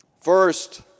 first